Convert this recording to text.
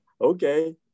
Okay